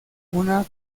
una